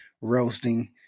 roasting